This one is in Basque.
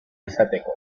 izateko